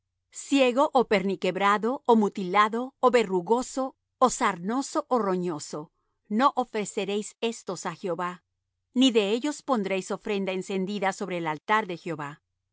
ciego ó perniquebrado ó mutilado ó verrugoso ó sarnoso ó roñoso no ofreceréis éstos á jehová ni de ellos pondréis ofrenda encendida sobre el altar de jehová